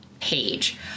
page